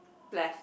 left